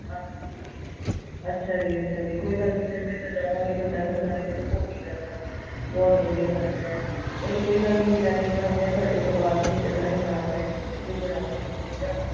ਹਾਂ ਅੱਛਾ ਜੀ ਅੱਛਾ ਜੀ ਕੋਈ ਗੱਲ ਨਹੀਂ ਸਰ ਮੈਨੂੰ ਤਾਂ ਜਾਵਾਂਗੇ ਬੰਦਾ ਫਿਰ ਸਾਰੇ ਕਿਤੇ ਘੁੰਮੀ ਜਾਂਦਾ ਬਹੁਤ ਵਧੀਆ ਗੱਲ ਹੈ ਚਲੋ ਕੋਈ ਗੱਲ ਨਹੀਂ ਪਲੈਨਿੰਗ ਬਣਾਉਂਦੇ ਹਾਂ ਤੁਹਾਡੇ ਪਰਿਵਾਰ ਨੂੰ ਵੀ ਚੱਲਾਂਗੇ ਨਾਲ ਲੈ ਕੇ ਕਿਤੇ ਬਣਾਵਾਂਗੇ ਪ੍ਰੋਗਰਾਮ